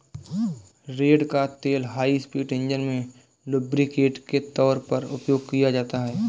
रेड़ का तेल high speed engine में लुब्रिकेंट के तौर पर उपयोग किया जाता है